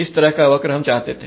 इस तरह का वक्र हम चाहते थे